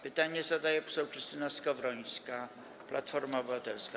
Pytanie zadaje poseł Krystyna Skowrońska, Platforma Obywatelska.